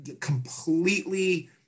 completely